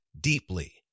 deeply